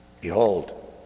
behold